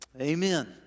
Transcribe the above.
Amen